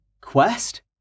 Quest